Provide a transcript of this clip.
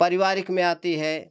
परिवारिक में आती है